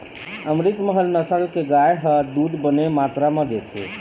अमरितमहल नसल के गाय ह दूद बने मातरा म देथे